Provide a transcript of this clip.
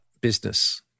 business